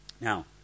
Now